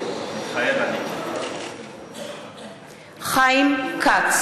מתחייב אני חיים כץ,